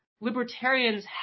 libertarians